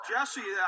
Jesse